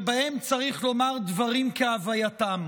שבהם צריך לומר דברים כהווייתם.